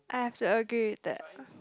I have to agree with that